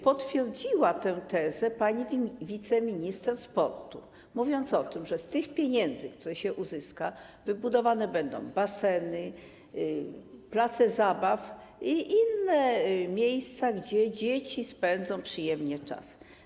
Potwierdziła tę tezę pani wiceminister sportu, mówiąc o tym, że z tych pieniędzy, które się uzyska, wybudowane będą baseny, place zabaw i inne miejsca, gdzie dzieci spędzą przyjemnie czas.